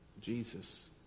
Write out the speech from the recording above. Jesus